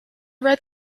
red